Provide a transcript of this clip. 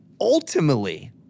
ultimately